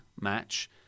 match